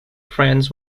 friends